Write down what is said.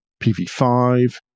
PV5